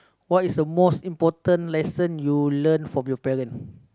what is a most important lesson you learn from your parent